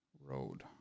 road